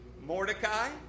Mordecai